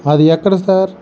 అది ఎక్కడ సర్